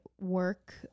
work